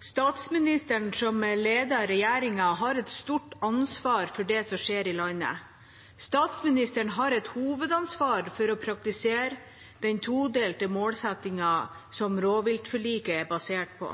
Statsministeren, som leder regjeringa, har et stort ansvar for det som skjer i landet. Statsministeren har et hovedansvar for å praktisere den todelte målsettingen som rovviltforliket er basert på.